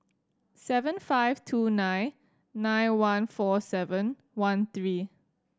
seven five two nine nine one four seven one three